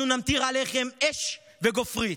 אנחנו נמטיר עליכם אש וגופרית.